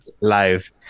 live